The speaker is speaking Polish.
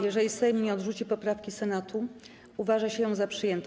Jeżeli Sejm nie odrzuci poprawki Senatu, uważa się ją za przyjętą.